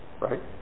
Right